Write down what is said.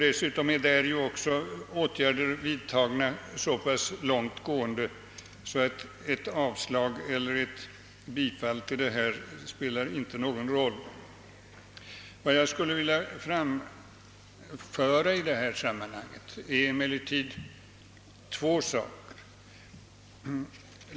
Dessutom är också så långtgående åtgärder vidtagna på detta område, att ett avslag eller ett bifall när det gäller föreliggande förslag inte spelar någon roll. Emellertid skulle jag i detta sammanhang vilja framhålla två saker.